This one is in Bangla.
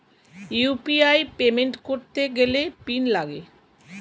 ইউ.পি.আই পেমেন্ট করতে গেলে পিন লাগে